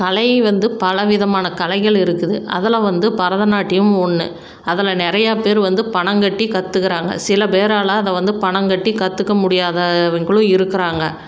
கலை வந்து பலவிதமான கலைகள் இருக்குது அதில் வந்து பரதநாட்டியமும் ஒன்று அதில் நிறையா பேர் வந்து பணம் கட்டி கற்றுக்குறாங்க சில பேரால் அதை வந்து பணம் கட்டி கற்றுக்க முடியாதவங்களும் இருக்கிறாங்க